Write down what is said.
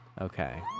okay